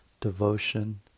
devotion